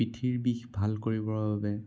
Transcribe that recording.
পিঠিৰ বিষ ভাল কৰিবৰ বাবে